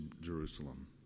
Jerusalem